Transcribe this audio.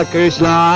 Krishna